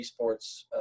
Esports